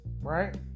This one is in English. right